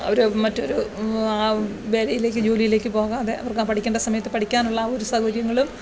അവർ മറ്റൊരു ആ വേലയിലേക്ക് ജോലിയിലേക്ക് പോകാതെ അവര്ക്ക് ആ പഠിക്കേണ്ട സമയത്ത് പഠിക്കാനുള്ള ആ ഒരു സൗകര്യങ്ങളും